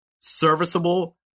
serviceable